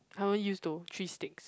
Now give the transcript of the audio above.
haven't use though three sticks